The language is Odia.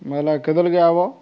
ବୋଇଲେ କେତେବେଲକେ ଆଇବ